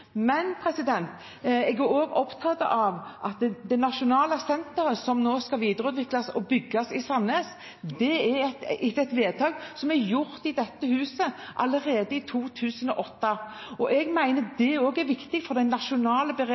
Men jeg er også opptatt av at det nasjonale senteret som nå skal videreutvikles og bygges i Sandnes, er etter et vedtak som ble gjort i dette huset allerede i 2008. Jeg mener det også er viktig for den nasjonale